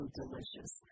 delicious